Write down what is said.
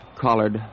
collared